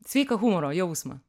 sveiką humoro jausmą